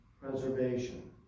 preservation